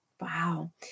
Wow